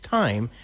time